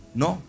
no